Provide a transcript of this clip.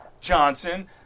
Johnson